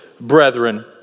brethren